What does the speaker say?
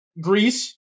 Greece